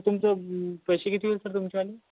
तुमचं पैसे किती होईल सर आणि